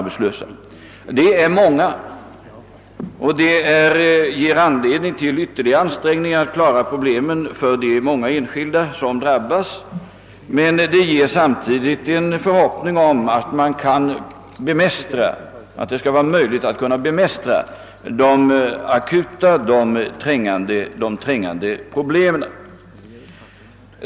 Det är en hög siffra som ger anledning till ytterligare ansträngningar för att lösa sysselsättningsfrågan för de många enskilda som drabbas, men den inger samtidigt en förhoppning om att det skall vara möjligt att bemästra de akuta och mest trängande svårigheterna.